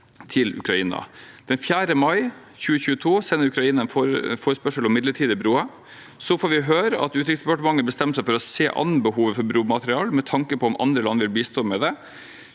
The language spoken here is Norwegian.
Den 4. mai 2022 sender Ukraina en forespørsel om midlertidige broer. Vi får høre at Utenriksdepartementet bestemmer seg for å se an behovet for bromateriell med tanke på om andre land vil bistå med det.